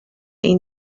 این